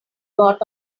got